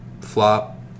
flop